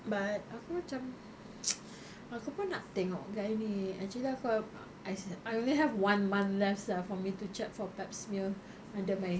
but aku macam aku pun nak tengok gynae actually aku I I only have one month left sia for me to check for pap smear under my